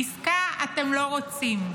עסקה אתם לא רוצים.